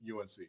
UNC